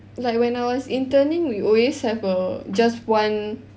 like when I was interning we always have a just one